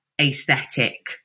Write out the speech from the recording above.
aesthetic